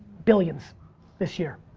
billions this year.